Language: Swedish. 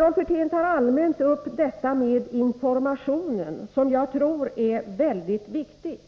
Rolf Wirtén tog allmänt upp informationen, som jag tror är mycket viktig.